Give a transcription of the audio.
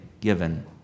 given